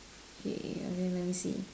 K I mean let me see